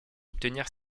obtenir